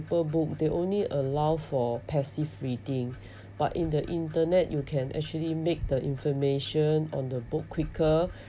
paper book they only allow for passive reading but in the internet you can actually make the information on the book quicker